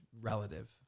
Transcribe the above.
relative